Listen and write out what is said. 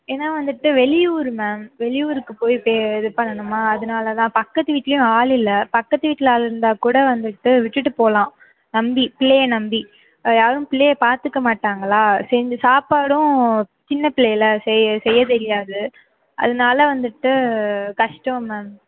ஏன்னா வந்துகிட்டு வெளியூர் மேம் வெளியூருக்கு போய்விட்டு இது பண்ணனுமா அதனால் தான் பக்கத்து வீட்லேயும் ஆள் இல்லை பக்கத்து வீட்டில் ஆள் இருந்தால் கூட வந்துகிட்டு விட்டுட்டு போகலாம் நம்பி பிள்ளையை நம்பி யாரும் பிள்ளையை பார்த்துக்க மாட்டாங்களா சேர்ந்து சாப்பாடும் சின்ன பிள்ளையில செய்ய செய்ய தெரியாது அதனால் வந்துகிட்டு கஷ்டம் மேம்